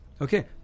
Okay